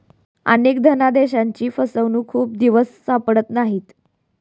अनेक धनादेशांची फसवणूक खूप दिवस सापडत नाहीत